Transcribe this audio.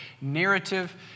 narrative